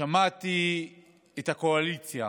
שמעתי את הקואליציה,